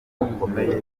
bukomeye